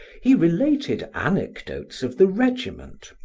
he related anecdotes of the regiment,